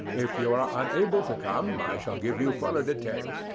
if you are unable to come i shall give you fuller details,